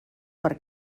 per